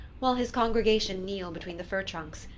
while his congregation kneel between the fir-trunks,